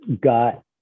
got